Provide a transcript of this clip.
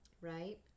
right